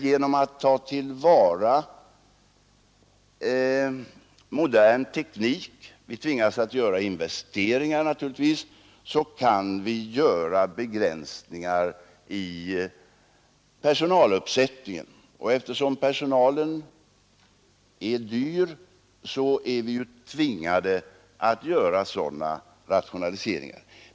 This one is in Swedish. Genom att ta till vara modern teknik — vi tvingas att göra investeringar naturligtvis — kan vi genomföra begränsningar i personaluppsättningen, och eftersom personalen är dyr är vi ju tvingade att göra sådana rationaliseringar.